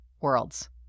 worlds